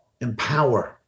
empower